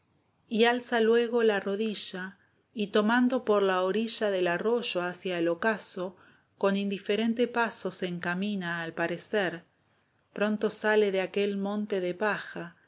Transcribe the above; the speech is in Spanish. y alza luego la rodilla y tomando por la orilla del arroyo hacia el ocaso con indiferente paso se encamina al parecer pronto sale de aquel monte de paja